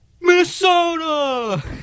Minnesota